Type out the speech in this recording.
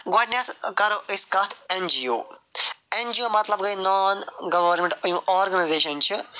گۄڈٕنٮ۪تھ کَرو أسۍ کَتھ N G O N G O مطلب گٔے نان گورمِنٛٹ یِم آرگنزیٚشن چھِ